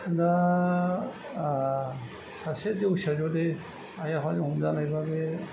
दा सासे दौसिया जुदि आइ आफाजों हमजानायब्ला बे